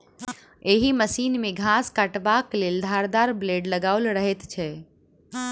एहि मशीन मे घास काटबाक लेल धारदार ब्लेड लगाओल रहैत छै